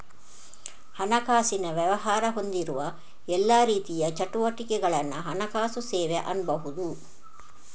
ಹಣಕಾಸಿನ ವ್ಯವಹಾರ ಹೊಂದಿರುವ ಎಲ್ಲಾ ರೀತಿಯ ಚಟುವಟಿಕೆಗಳನ್ನ ಹಣಕಾಸು ಸೇವೆ ಅನ್ಬಹುದು